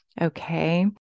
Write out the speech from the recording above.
Okay